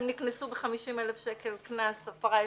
הם נקנסו ב-50 אלף שקל קנס, הפרה יסודית,